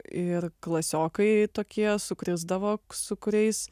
ir klasiokai tokie sukrisdavo su kuriais